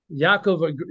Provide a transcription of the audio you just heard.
Yaakov